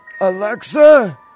Alexa